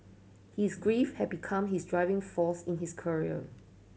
his grief had become his driving force in his career